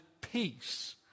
peace